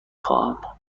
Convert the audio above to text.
خواهم